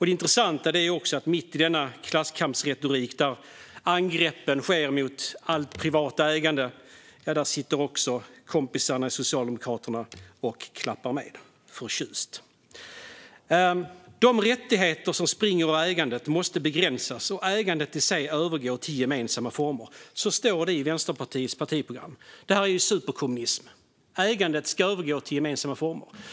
Det intressanta är att mitt i denna klasskampsretorik, där angrepp sker mot allt privat ägande, sitter kompisarna i Socialdemokraterna och klappar förtjust med. De rättigheter som springer ur ägandet måste begränsas och ägandet i sig övergå till gemensamma former. Så står det i Vänsterpartiets partiprogram. Detta är ju superkommunism - ägandet ska övergå till gemensamma former.